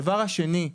דבר שני,